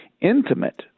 intimate